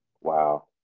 Wow